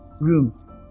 room